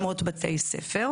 1,600 בתי ספר.